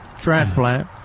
transplant